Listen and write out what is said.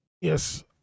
yes